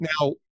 now